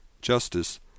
Justice